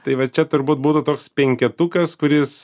tai va čia turbūt būtų toks penketukas kuris